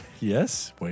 Yes